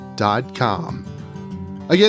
Again